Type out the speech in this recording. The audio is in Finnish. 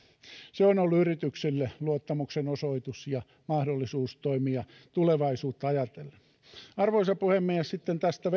se on ollut yrityksille luottamuksenosoitus ja mahdollisuus toimia tulevaisuutta ajatellen arvoisa puhemies sitten tästä